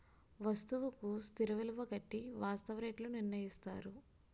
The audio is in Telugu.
వస్తువుకు స్థిర విలువ కట్టి వాస్తవ రేట్లు నిర్ణయిస్తారు